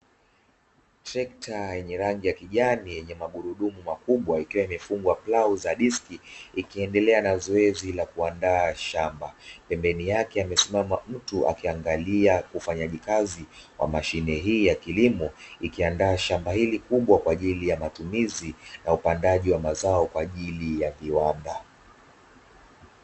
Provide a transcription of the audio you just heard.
Trekta yenye rangi ya kijani yenye magurudumu makubwa ikiwa imefungwa plau za diski ikiendelea na zoezi la kuandaa shamba, pembeni yake amesimama mtu akiangalia ufanyaji kazi wa mashine hii ya kilimo, ikiandaa shamba hili kubwa kwa ajili ya matumizi ya upandaji wa mazao kwa ajili ya viwanda.